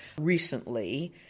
recently